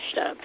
up